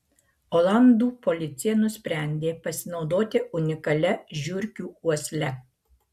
olandų policija nusprendė pasinaudoti unikalia žiurkių uosle